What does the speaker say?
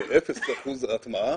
באפס אחוז הטמעה,